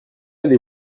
allez